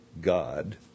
God